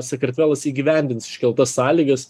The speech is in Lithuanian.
sakartvelas įgyvendins iškeltas sąlygas